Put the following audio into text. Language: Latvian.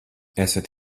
esat